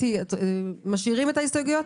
אתי, משאירים את ההסתייגויות?